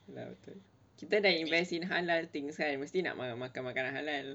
ah betul kita dah dah invest in halal things kan mesti nak makan makan halal